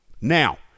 Now